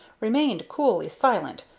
remained coolly silent,